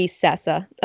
Sessa